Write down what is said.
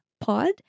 pod